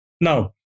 Now